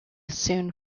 soon